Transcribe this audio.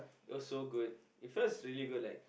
it was so good it felt really good like